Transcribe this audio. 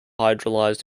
hydrolyzed